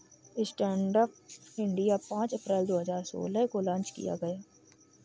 stand up India पांच अप्रैल दो हजार सोलह को लॉन्च किया गया